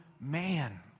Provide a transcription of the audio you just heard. man